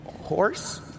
horse